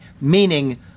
meaning